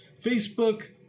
Facebook